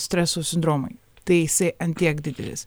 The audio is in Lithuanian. streso sindromui tai jisai ant tiek didelis